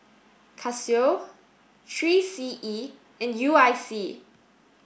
Casio three C E and U I C